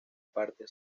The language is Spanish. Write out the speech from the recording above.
parte